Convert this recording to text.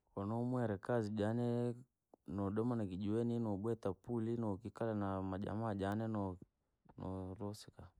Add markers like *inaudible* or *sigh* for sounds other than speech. Koo nahumwire kazi janee, noodoma kijiweni, nobuta puli, nokikalaa na majamaa jane, no-. *unintelligible*